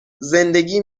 زندگی